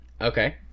Okay